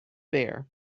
bear